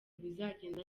bizagenda